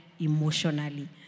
emotionally